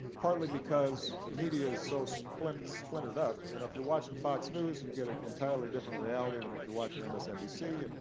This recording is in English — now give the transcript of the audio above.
partly because the media is so splintered splintered up. you know if you're watching fox news, you get an entirely different reality than if you're watching msnbc.